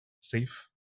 safe